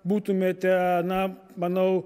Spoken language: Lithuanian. būtumėte na manau